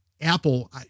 Apple